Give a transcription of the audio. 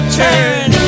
turn